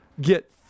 get